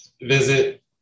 visit